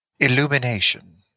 Illumination